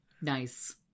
Nice